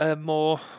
more